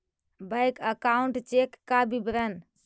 Bank account check का विवरण?